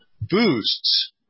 boosts